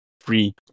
free